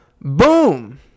boom